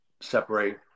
separate